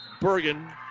Bergen